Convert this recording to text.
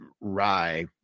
rye